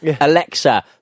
Alexa